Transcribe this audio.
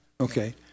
Okay